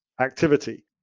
activity